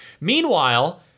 Meanwhile